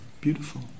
beautiful